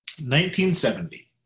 1970